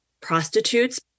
prostitutes